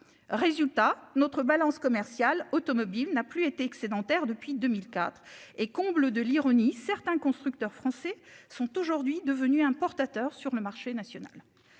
Résultat notre balance commerciale automobile n'a plus été excédentaire depuis 2004 et comble de l'ironie, certains constructeurs français sont aujourd'hui devenus importateur sur le marché national.